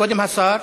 קודם השר.